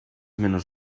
menos